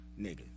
nigga